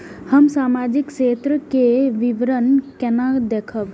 हम सामाजिक क्षेत्र के विवरण केना देखब?